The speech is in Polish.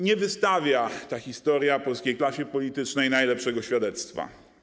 Nie wystawia ta historia polskiej klasie politycznej najlepszego świadectwa.